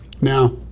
now